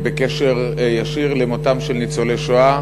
בקשר ישיר למותם של ניצולי שואה,